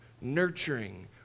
nurturing